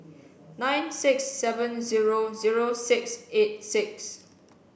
nine six seven zero zero six eight six